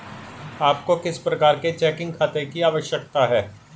आपको किस प्रकार के चेकिंग खाते की आवश्यकता है?